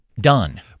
Done